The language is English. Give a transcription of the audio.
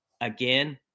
again